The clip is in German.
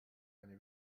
eine